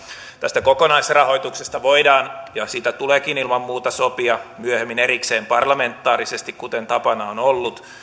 tästä kokonaisrahoituksesta voidaan ja siitä tuleekin ilman muuta sopia myöhemmin erikseen parlamentaarisesti kuten tapana on ollut